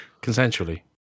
Consensually